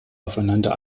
aufeinander